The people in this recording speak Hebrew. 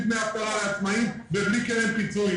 דמי אבטלה לעצמאיים ובלי קרן פיצויים.